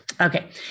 Okay